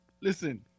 Listen